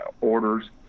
orders